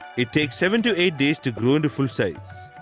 it takes seven to eight days to grow in to full size.